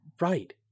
Right